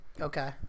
Okay